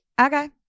Okay